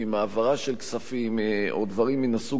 העברה של כספים או דברים מהסוג הזה,